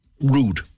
rude